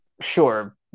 sure